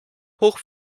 hoch